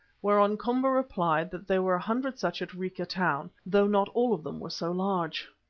whereon komba replied that there were a hundred such at rica town, though not all of them were so large.